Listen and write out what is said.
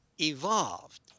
evolved